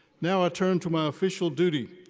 now i turn to my official duty.